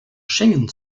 schengen